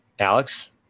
Alex